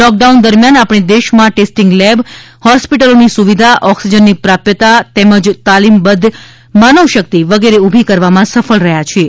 lockdown દરમિયાન આપણે દેશમાં ટેસ્ટિંગ લેબ હોસ્પિટલોની સુવિધા ઓક્સીઝન ની પ્રાપ્યતા તેમજ તાલીમબદ્ધ માનવશક્તિ વગેરે ઉભી કરવામાં સફળ રહ્યા છીએ